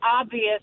obvious